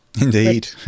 Indeed